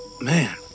Man